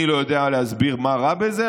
אני לא יודע להסביר מה רע בזה,